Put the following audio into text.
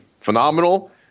phenomenal